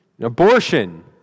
Abortion